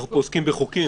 אנחנו עוסקים פה בחוקים,